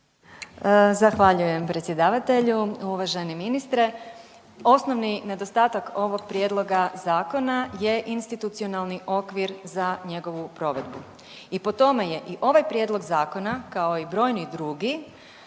Zahvaljujem predsjedavatelju. Uvaženi ministre. Osnovni nedostatak ovog prijedloga zakona je institucionalni okvir za njegovu provedbu i po tome i ovaj prijedlog zakona kao i brojni drugi